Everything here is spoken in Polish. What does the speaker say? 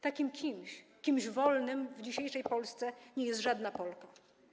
Takim kimś, człowiekiem wolnym w dzisiejszej Polsce nie jest żadna Polka.